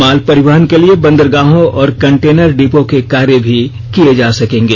माल परिवहन के लिए बंदरगाहों और कंटेनर डिपो के कार्य भी किये जा सकेंगे